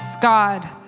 God